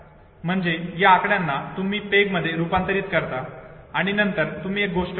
म्हणजे या आकड्यांना तुम्ही पेगमध्ये रूपांतरित करता आणि नंतर तुम्ही एक गोष्ट बनवता